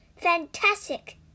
Fantastic